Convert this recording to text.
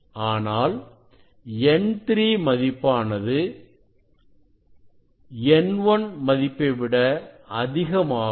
ஆனால் n3 மதிப்பானது n1 மதிப்பைவிட அதிகமாகும்